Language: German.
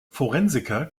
forensiker